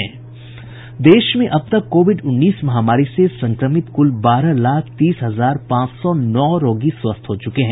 देश में अब तक कोविड उन्नीस महामारी से संक्रमित कुल बारह लाख तीस हजार पांच सौ नौ रोगी स्वस्थ हो चुके हैं